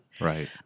Right